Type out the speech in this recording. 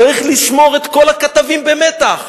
צריך לשמור את כל הכתבים במתח,